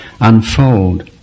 unfold